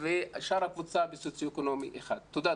ושאר הקבוצה בסוציו-אקונומי 1. תודה,